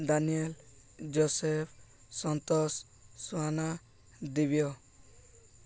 Daniel Joseph Santosh Suhana Divya